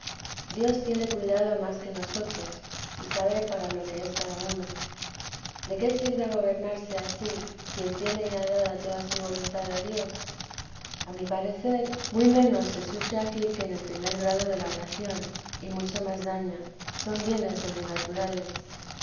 dios tiene cuidado más que nosotros y sabe para lo que es cada uno de qué sirve gobernarse a sí quien tiene ya dada toda su voluntad a dios a mi parecer muy menos se sufre aquí que en el primer grado de la oración y mucho más daña son bienes sobrenaturales